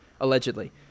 allegedly